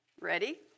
Ready